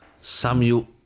samuel